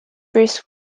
brisk